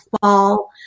fall